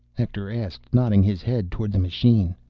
hector asked, nodding his head toward the machine.